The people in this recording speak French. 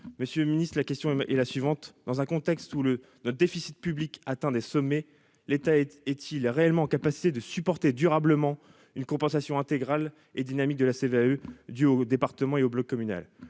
monsieur le Ministre de la question est la suivante : dans un contexte où le déficit public atteint des sommets, l'État est-il réellement capacité de supporter durablement une compensation intégrale et dynamique de la CVAE due aux départements et au bloc communal :